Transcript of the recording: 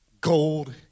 gold